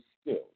skills